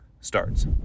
starts